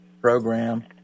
program